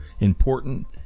important